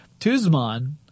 Tuzman